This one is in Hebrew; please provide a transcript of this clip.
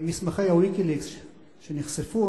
מסמכי ה"ויקיליקס" שנחשפו,